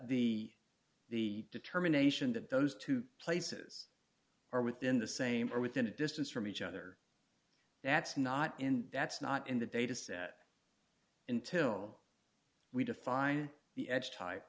the the determination that those two places are within the same or within a distance from each other that's not in that's not in the dataset until we define the edge type